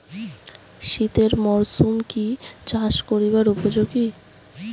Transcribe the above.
শীতের মরসুম কি চাষ করিবার উপযোগী?